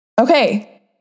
Okay